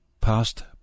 Past